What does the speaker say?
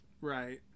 Right